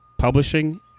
publishing